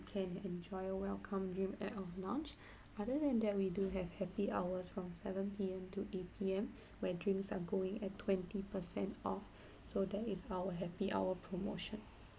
can enjoy a welcome drink at our lounge other than that we do have happy hour from seven P_M to eight P_M where drinks are going at twenty percent off so that is our happy hour promotion